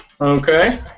Okay